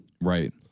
Right